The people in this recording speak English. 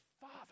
Father